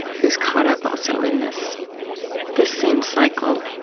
who's caught up also in this this same cycle,